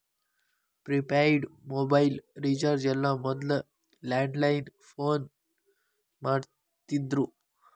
prepaid mobile recharge ಎಲ್ಲ ಮೊದ್ಲ landline phone ಮಾಡಸ್ತಿದ್ರು